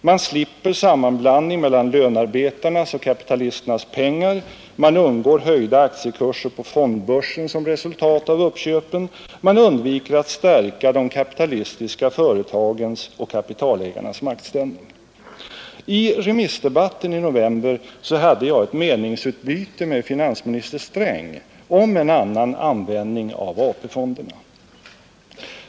Man slipper sammanblandning mellan lönearbetarnas och kapitalisternas pengar, man undgår höjda aktiekurser på fondbörsen som resultat av uppköpen, man undviker att stärka de kapitalistiska företagens och kapitalägarnas maktställning. I remissdebatten i november hade jag ett meningsutbyte med finansminister Sträng om en annan användning av AP-fonderna.